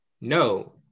no